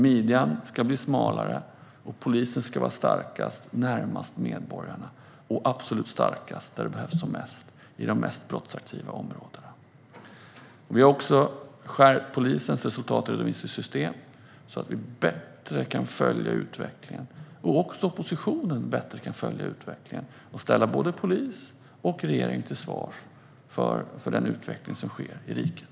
Midjan ska bli smalare och polisen ska vara starkast närmast medborgarna och absolut starkast där den behövs som mest i de mest brottsaktiva områdena. Vi har också skärpt polisens resultatredovisningssystem så att vi bättre kan följa utvecklingen och också så att oppositionen bättre kan följa utvecklingen och ställa både polis och regering till svars för den utveckling som sker i riket.